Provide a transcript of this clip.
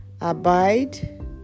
abide